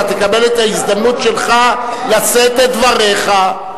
אתה תקבל את ההזדמנות שלך לשאת את דבריך.